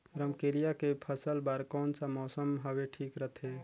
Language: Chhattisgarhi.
रमकेलिया के फसल बार कोन सा मौसम हवे ठीक रथे?